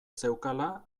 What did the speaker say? zeukala